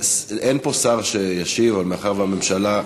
אין פה שר שישיב, אבל מאחר שהממשלה,